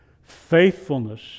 Faithfulness